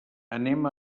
anem